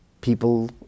people